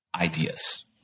ideas